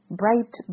bright